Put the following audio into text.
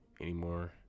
anymore